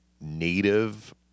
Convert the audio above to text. Native